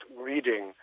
reading